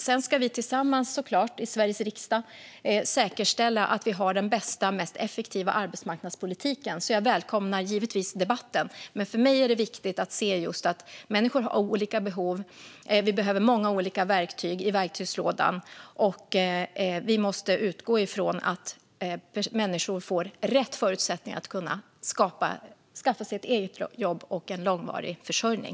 Sedan ska vi såklart tillsammans i Sveriges riksdag säkerställa att vi har den bästa och mest effektiva arbetsmarknadspolitiken, så jag välkomnar givetvis debatten. Men för mig är det viktigt att se just att människor har olika behov och att vi behöver många olika verktyg i verktygslådan. Vi måste utgå ifrån att människor får rätt förutsättningar att skaffa sig ett eget jobb och en långvarig försörjning.